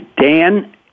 Dan